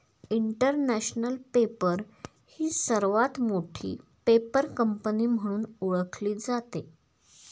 international Paper ही सर्वात मोठी पेपर कंपनी म्हणून ओळखली जाते